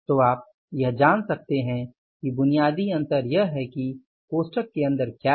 तो आप यह जान सकते हैं कि बुनियादी अंतर यह है कि कोष्ठक के अंदर क्या है